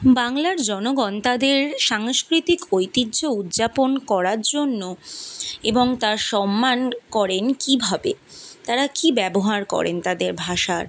বাংলার জনগণ তাদের সাংস্কৃতিক ঐতিহ্য উদযাপন করার জন্য এবং তার সম্মান করেন কীভাবে তারা কী ব্যবহার করেন তাদের ভাষার